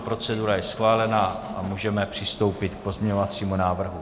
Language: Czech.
Procedura je schválena a můžeme přistoupit k pozměňovacímu návrhu.